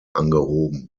angehoben